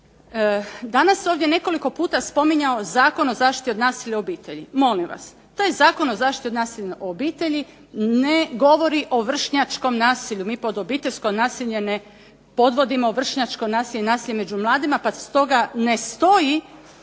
Danas ovdje se nekoliko puta spominjao Zakon o zaštiti od nasilja u obitelji. Molim vas, to je Zakon o zaštiti od nasilja u obitelji, ne govori o vršnjačku nasilju, mi pod obiteljsko nasilje ne podvodimo vršnjačko nasilje i nasilje među mladima pa stoga ne stoji